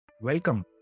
Welcome